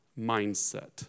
mindset